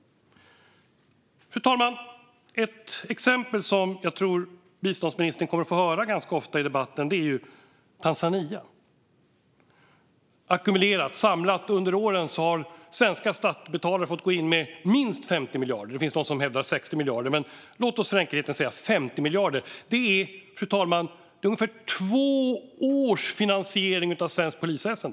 Fru talman! Ett exempel som jag tror att biståndsministern ofta kommer att få höra i debatten är Tanzania. Ackumulerat - samlat - under åren har svenska skattebetalare fått gå in med minst 50 miljarder. Det finns de som hävdar att det har varit 60 miljarder, men låt oss för enkelhetens skull säga 50 miljarder. Det är, fru talman, ungefär två års finansiering av svenskt polisväsen.